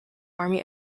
army